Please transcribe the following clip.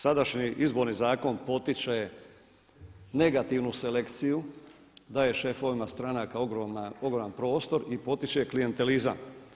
Sadašnji Izborni zakon potiče negativnu selekciju, daje šefovima stranaka ogroman prostor i potiče klijentelizam.